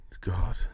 God